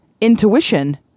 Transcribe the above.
intuition